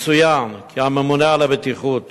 יצוין כי הממונה על הבטיחות